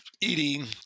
eating